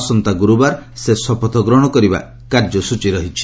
ଆସନ୍ତା ଗ୍ରର୍ତ୍ତାର ସେ ଶପଥ ଗ୍ହଣ କରିବା କାର୍ଯ୍ୟସ୍ଚୀ ରହିଛି